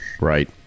Right